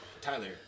Tyler